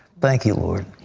thank you, lord.